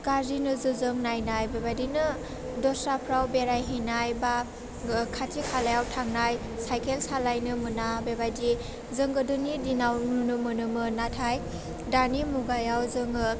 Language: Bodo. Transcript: गाज्रि नोजोरजों नायनाय बेबायदिनो दस्राफ्राव बेराय हैनाय बा खाथि खालायाव थांनाय साइकेल सालाइनो मोना बेबायदि जों गोदोनि दिनाव नुनो मोनोमोन नाथाय दानि मुगायाव जोङो